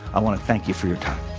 i want to thank you for your time.